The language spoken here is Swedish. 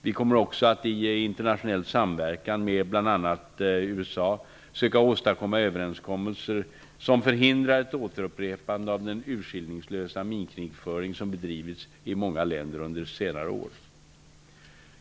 Vi kommer också i internationell samverkan, med bl.a. USA, att söka åstadkomma överenskommelser som förhindrar ett återupprepande av den urskillningslösa minkrigföring som bedrivits i många länder under senare år.